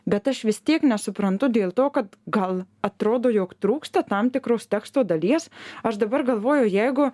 bet aš vis tiek nesuprantu dėl to kad gal atrodo jog trūksta tam tikros teksto dalies aš dabar galvoju jeigu